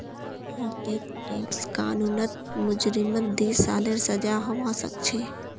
भारतेर टैक्स कानूनत मुजरिमक दी सालेर सजा हबा सखछे